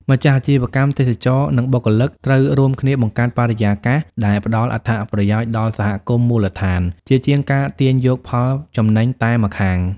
ម្ចាស់អាជីវកម្មទេសចរណ៍ និងបុគ្គលិកត្រូវរួមគ្នាបង្កើតបរិយាកាសដែលផ្ដល់អត្ថប្រយោជន៍ដល់សហគមន៍មូលដ្ឋាន ជាជាងការទាញយកផលចំណេញតែម្ខាង។